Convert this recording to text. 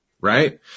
right